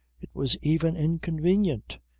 it was even inconvenient,